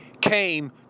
came